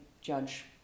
judge